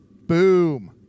Boom